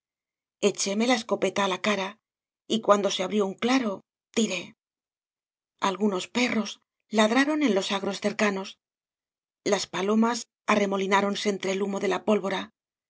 la escopeta á la cara y cuando se abrió un claro tiré algunos perros ladra ron en los agros cercanos las palomas arremolináronse entre el humo de la pólvora